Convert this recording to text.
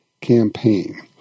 campaign